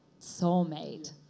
soulmate